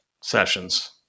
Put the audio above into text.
sessions